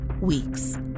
weeks